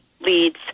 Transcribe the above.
leads